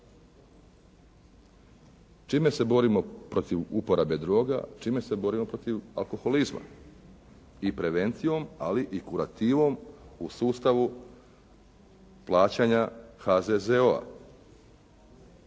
Čime se borimo protiv uporabe droga, čime se borimo protiv alkoholizma? I prevencijom, ali i kurativom u sustavu plaćanja HZZO-a.